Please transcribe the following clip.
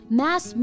mass